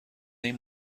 این